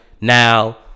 Now